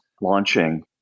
launching